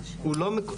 מקוים.